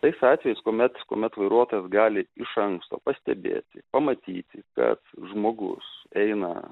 tais atvejais kuomet kuomet vairuotojas gali iš anksto pastebėti pamatyti kad žmogus eina